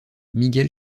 miguel